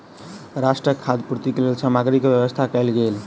राष्ट्रक खाद्य पूर्तिक लेल सामग्री के व्यवस्था कयल गेल